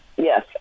Yes